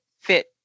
fit